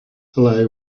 hello